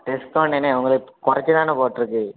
discount என்ன உங்களுக்கு குறைச்சி தானே போட்டிருக்கு